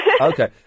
okay